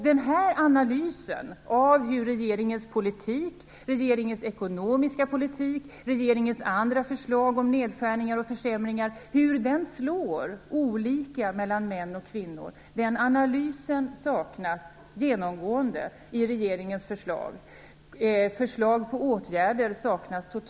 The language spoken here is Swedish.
Den här analysen av hur regeringens ekonomiska politik och regeringens andra förslag om nedskärningar och försämringar slår, olika mellan män och kvinnor, saknas genomgående i regeringens förslag, och förslag till åtgärder mot det saknas helt.